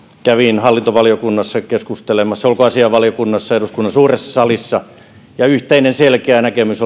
kävin silloisena sisäministerinä hallintovaliokunnassa ulkoasiainvaliokunnassa eduskunnan suuressa salissa keskustelemassa ja yhteinen selkeä näkemys